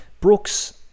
brooks